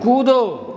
कूदो